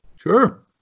Sure